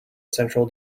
central